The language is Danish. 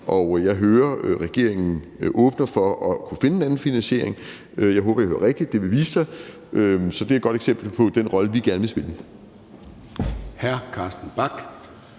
Og jeg hører, at regeringen åbner for at kunne finde en anden finansiering. Jeg håber, jeg hørte rigtigt – det vil vise sig. Så det er et godt eksempel på den rolle, vi gerne vil spille.